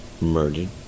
murdered